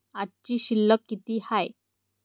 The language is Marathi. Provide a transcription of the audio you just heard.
आजची शिल्लक किती हाय?